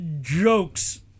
jokes